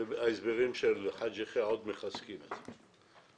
וההסברים של חאג' יחיא עוד מחזקים זאת,